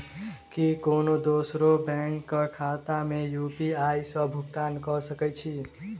की कोनो दोसरो बैंक कऽ खाता मे यु.पी.आई सऽ भुगतान कऽ सकय छी?